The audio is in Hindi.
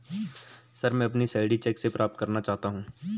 सर, मैं अपनी सैलरी चैक से प्राप्त करना चाहता हूं